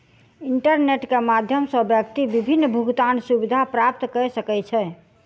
internet के माध्यम सॅ व्यक्ति विभिन्न भुगतान सुविधा प्राप्त कय सकै छै